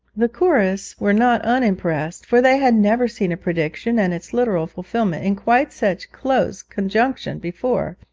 the chorus were not unimpressed, for they had never seen a prediction and its literal fulfilment in quite such close conjunction before,